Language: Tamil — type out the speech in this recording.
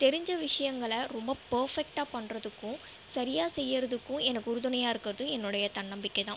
தெரிஞ்ச விஷயங்கள ரொம்ப பேர்ஃபெக்ட்டாக பண்றதுக்கும் சரியாக செய்கிறதுக்கும் எனக்கு உறுதுணையாக இருக்கிறது என்னோடைய தன்னம்பிக்கை தான்